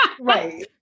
right